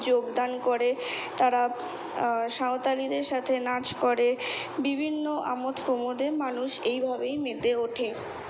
যোগদান করে তারা সাঁওতালিদের সাথে নাচ করে বিভিন্ন আমোদ প্রমোদে মানুষ এইভাবেই মেতে ওঠে